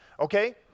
Okay